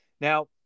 Now